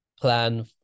plan